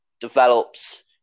develops